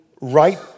right